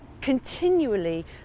continually